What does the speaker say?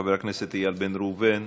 חבר הכנסת איל בן ראובן,